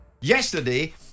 Yesterday